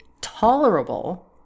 tolerable